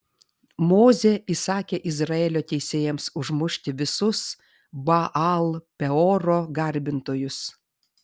mozė įsakė izraelio teisėjams užmušti visus baal peoro garbintojus